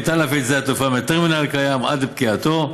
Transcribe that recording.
ניתן להפעיל את שדה התעופה מהטרמינל הקיים עד לפקיעתו.